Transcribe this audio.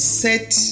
set